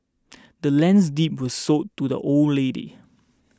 the land's deed was sold to the old lady